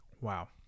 Wow